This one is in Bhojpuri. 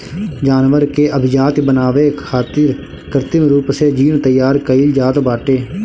जानवर के अभिजाति बनावे खातिर कृत्रिम रूप से जीन तैयार कईल जात बाटे